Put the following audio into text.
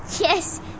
Yes